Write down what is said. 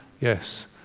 Yes